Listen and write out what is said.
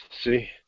See